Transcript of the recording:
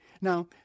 Now